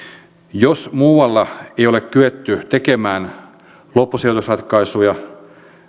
jos muualla ei ole kyetty tekemään loppusijoitusratkaisuja